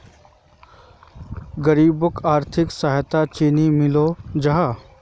गरीबोक आर्थिक सहयोग चानी मिलोहो जाहा?